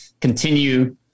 continue